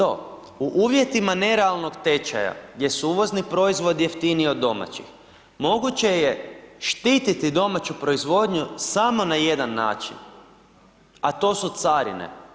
U uvjetima nerealnog tečaja gdje su uvozni proizvodi jeftiniji od domaćih moguće je štititi domaću proizvodnju samo na jedan način, a to su carine.